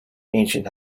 ancient